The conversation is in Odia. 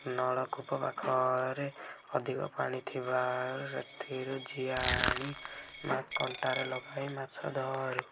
ନଳକୂପ ପାଖରେ ଅଧିକ ପାଣି ଥିବାରୁ ସେଥିରୁ ଜିଆ ଆଣି କଣ୍ଟାରେ ଲଗାଇ ମାଛ ଧରୁ